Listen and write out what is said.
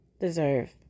deserve